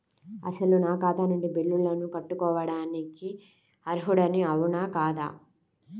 అసలు నా ఖాతా నుండి బిల్లులను కట్టుకోవటానికి అర్హుడని అవునా కాదా?